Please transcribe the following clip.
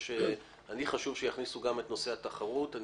לי חשוב שיכניסו גם את נושא התחרות ואני